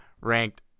ranked